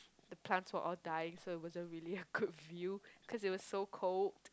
the plants were all died so it wasn't really a good view cause it was so cold